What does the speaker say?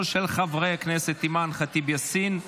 2023, של חברי הכנסת אימאן ח'טיב יאסין,